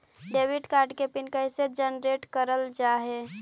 Debit card के pin कैसे generate करल जाहै?